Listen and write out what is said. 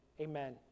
amen